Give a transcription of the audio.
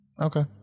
okay